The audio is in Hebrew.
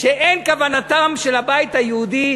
שאין כוונתם של הבית היהודי